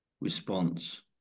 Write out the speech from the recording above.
response